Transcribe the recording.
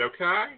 okay